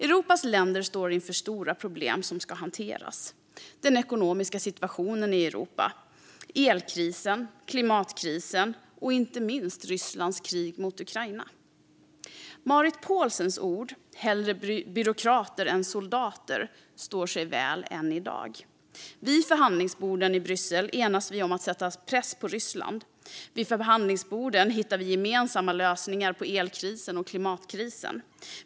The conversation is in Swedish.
Europas länder står inför stora problem som ska hanteras: den ekonomiska situationen i Europa, elkrisen, klimatkrisen och inte minst Rysslands krig mot Ukraina. Marit Paulsens ord "hellre byråkrater än soldater" står sig väl än i dag. Vid förhandlingsborden i Bryssel enas vi om att sätta press på Ryssland. Vid förhandlingsborden hittar vi gemensamma lösningar på elkrisen och klimatkrisen.